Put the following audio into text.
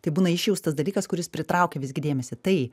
tai būna išjaustas dalykas kuris pritraukia visgi dėmesį tai